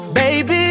baby